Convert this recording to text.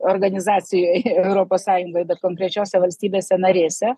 organizacijoj europos sąjungoj bet konkrečiose valstybėse narėse